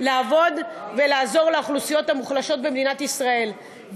לעבוד ולעזור לאוכלוסיות המוחלשות במדינת ישראל.